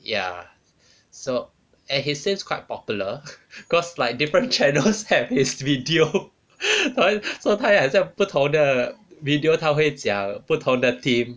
ya so and he seems quite popular cause like different channels have his video so 他会很像不同的 video 他会讲不同的 theme